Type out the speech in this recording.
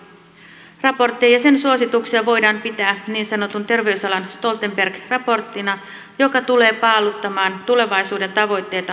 raporttia ja sen suosituksia voidaan pitää niin sanottuna terveysalan stoltenberg raporttina joka tulee paaluttamaan tulevaisuuden tavoitteita terveysalan yhteistyössä